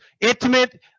intimate